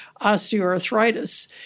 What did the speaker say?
osteoarthritis